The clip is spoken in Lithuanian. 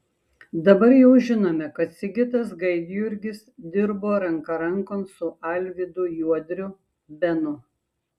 dabar jau žinome kad sigitas gaidjurgis dirbo ranka rankon su alvydu juodriu benu